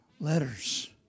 letters